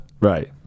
Right